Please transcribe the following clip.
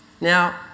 Now